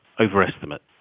overestimate